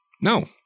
No